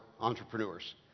entrepreneurs